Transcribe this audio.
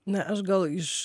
na aš gal iš